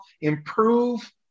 improve